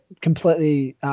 completely –